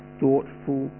thoughtful